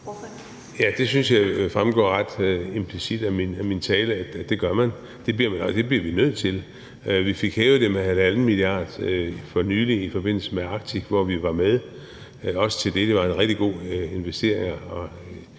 jeg fremgår ret implicit af min tale, altså at det bliver vi nødt til. Vi fik hævet det med 1,5 mia. kr. for nylig i forbindelse med Arctic, hvor vi var med også til det. Det var en rigtig god investering,